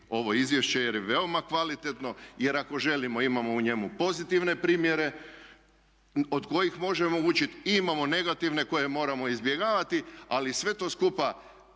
ovo izvješće jer je veoma kvalitetno, jer ako želimo imamo u njemu pozitivne primjere od kojih možemo učiti. I imamo negativne koje moramo izbjegavati, ali sve to skupa